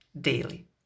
daily